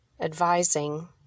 advising